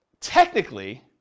technically